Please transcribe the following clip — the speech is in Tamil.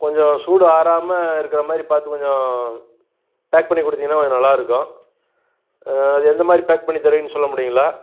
கொஞ்சம் சூடு ஆறாமல் இருக்கிற மாதிரி பார்த்து கொஞ்சம் பேக் பண்ணி கொடுத்தீங்கன்னா கொஞ்சம் நல்லா இருக்கும் அது எந்த மாதிரி பேக் பண்ணி தரீங்கன்னு சொல்ல முடியுங்களா